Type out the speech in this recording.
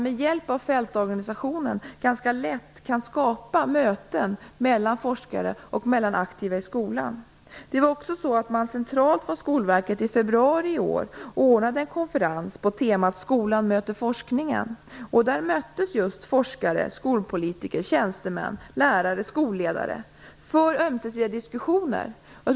Med hjälp av fältorganisationen kan man ganska lätt skapa möten mellan forskare och mellan aktiva i skolan. Man anordnade också centralt från Skolverket i februari i år en konferens på temat Skolan möter forskningen. Där möttes just forskare, skolpolitiker, tjänstemän, lärare och skolledare för ömsesidiga diskussioner.